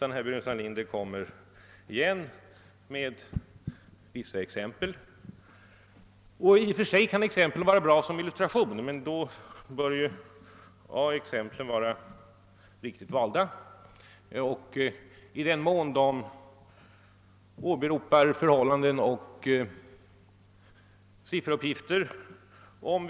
I stället anför han vissa exempel. De kan i och för sig vara bra med illustrationer, men då bör de vara riktigt valda och de skall vara relevanta för frågeställningen.